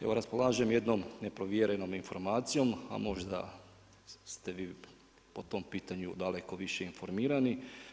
Evo raspolažem jednom neprovjerenom informacijom, a možda ste vi po tom pitanju daleko više informirani.